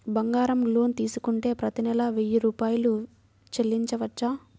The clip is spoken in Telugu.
బంగారం లోన్ తీసుకుంటే ప్రతి నెల వెయ్యి రూపాయలు చెల్లించవచ్చా?